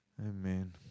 Amen